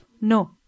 No